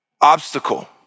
obstacle